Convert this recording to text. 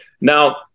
now